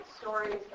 stories